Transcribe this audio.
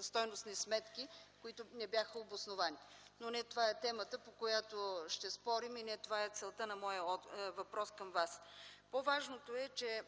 стойностни сметки, които не бяха обосновани. Но не това е темата, по която ще спорим и не това е целта на моя въпрос към Вас. По-важното, че